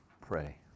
pray